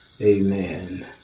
amen